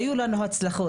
היו לנו הצלחות.